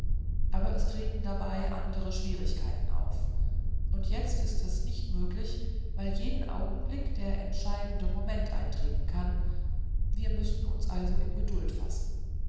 aber es treten dabei andere schwierigkeiten auf und jetzt ist es nicht möglich weil jeden augenblick der entscheidende moment eintreten kann wir müssen uns also in geduld fassen